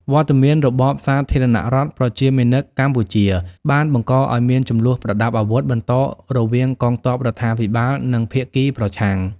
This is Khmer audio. វត្តមានរបបសាធារណរដ្ឋប្រជាមានិតកម្ពុជាបានបង្កឱ្យមានជម្លោះប្រដាប់អាវុធបន្តរវាងកងទ័ពរដ្ឋាភិបាល និងភាគីប្រឆាំង។